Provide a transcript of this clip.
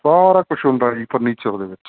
ਸਾਰਾ ਕੁਛ ਹੁੰਦਾ ਜੀ ਫਰਨੀਚਰ ਦੇ ਵਿੱਚ